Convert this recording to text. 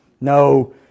No